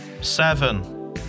Seven